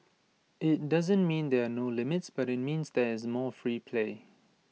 IT doesn't mean there are no limits but IT means there is more free play